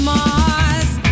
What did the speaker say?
Mars